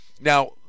now